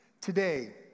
today